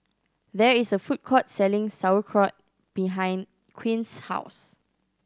there is a food court selling Sauerkraut behind Quinn's house